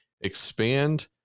expand